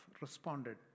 responded